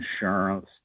insurance